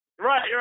Right